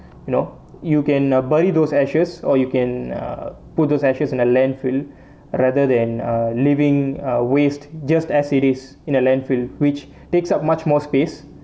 you know you can uh bury those ashes or you can err put those ashes in a landfill rather than err leaving uh waste just as it is in a landfill which takes up much more space